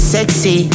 Sexy